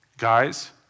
Guys